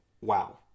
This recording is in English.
Wow